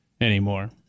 anymore